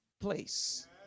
place